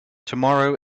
tomorrow